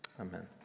Amen